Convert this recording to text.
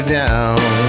down